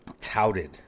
touted